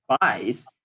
buys